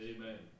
Amen